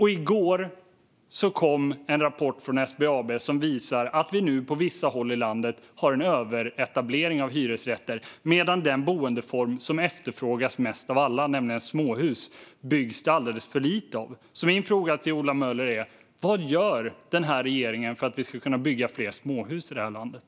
I går kom en rapport från SBAB som visar att vi nu på vissa håll i landet har en överetablering av hyresrätter, medan det byggs alldeles för lite av den boendeform som efterfrågas mest av alla, nämligen småhus. Min fråga till Ola Möller är: Vad gör regeringen för att vi ska kunna bygga fler småhus i det här landet?